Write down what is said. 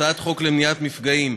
הצעת חוק למניעת מפגעים,